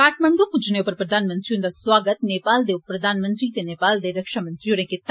काठमंडू पुज्जने उप्पर प्रधानमंत्री हुन्दा सौआगत नेपाल दे उप प्रधानमंत्री ते नेपाल दे रक्षामंत्री होरे कीता